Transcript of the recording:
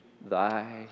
thy